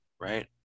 right